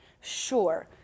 Sure